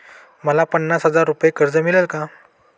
मला पन्नास हजार रुपये कर्ज मिळेल का?